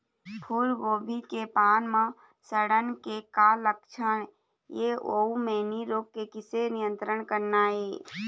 फूलगोभी के पान म सड़न के का लक्षण ये अऊ मैनी रोग के किसे नियंत्रण करना ये?